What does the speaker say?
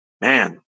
man